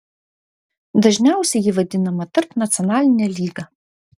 dažniausiai ji vadinama tarpnacionaline lyga